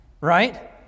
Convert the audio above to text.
Right